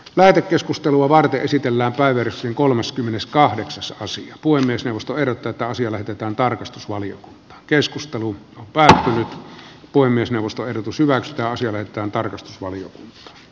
lähetekeskustelua varten esitellään kaiversi kolmaskymmeneskahdeksas osin puhemiesneuvosto eroteta asia lähetetään tarkastusvalio keskustelu pär puhemiesneuvosto ehdotus hyväksytään siveetön tarkastusvalion